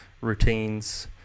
routines